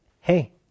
Hey